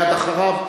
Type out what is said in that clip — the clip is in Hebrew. מייד אחריו,